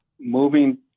moving